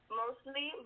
mostly